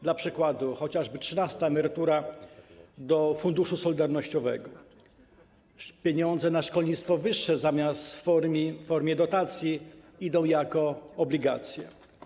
Dla przykładu trzynasta emerytura do Funduszu Solidarnościowego, a pieniądze na szkolnictwo wyższe zamiast w formie dotacji idą jako obligacje.